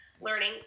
learning